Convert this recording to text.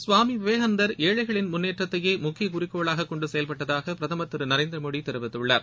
சுவாமி விவேகானந்தர் ஏழைகளின் முன்னேறத்தையே முக்கிய குறிக்கோளாக கொண்டு செயல்பட்டதாக பிரதமர் திரு நரேந்திர மோடி தெரிவித்துள்ளார்